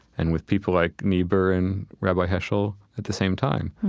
and with people like niebuhr and rabbi heschel at the same time.